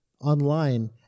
online